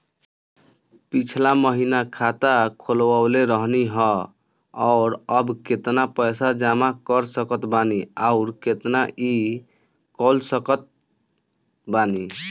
पिछला महीना खाता खोलवैले रहनी ह और अब केतना पैसा जमा कर सकत बानी आउर केतना इ कॉलसकत बानी?